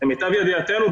למיטב ידיעתנו,